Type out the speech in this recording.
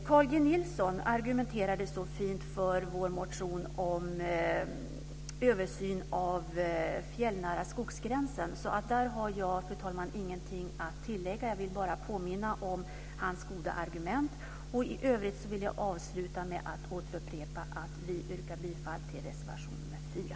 Carl G Nilsson argumenterade så fint för vår reservation om översyn av den fjällnära skogsgränsen, fru talman, så där har jag ingenting att tillägga. Jag vill bara påminna om hans goda argument. I övrigt vill jag avsluta med att upprepa att jag yrkar bifall till reservation nr 4.